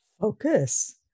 Focus